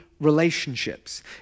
relationships